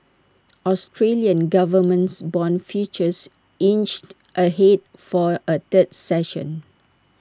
Australian governments Bond futures inched ahead for A third session